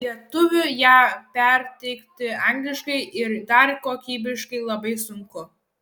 lietuviui ją perteikti angliškai ir dar kokybiškai labai sunku